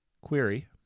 Query